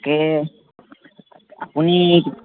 তাকে আপুনি